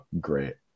great